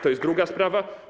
To jest druga sprawa.